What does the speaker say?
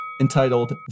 entitled